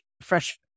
fresh